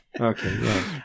Okay